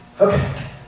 Okay